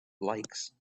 lakes